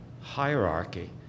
hierarchy